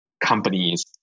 companies